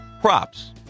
props